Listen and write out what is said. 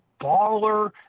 baller